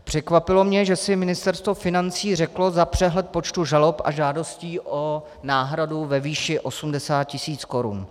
Překvapilo mě, že si Ministerstvo financí řeklo za přehled počtu žalob a žádostí o náhradu ve výši 80 tisíc korun.